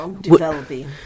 developing